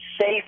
safe